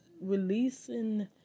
releasing